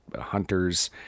hunters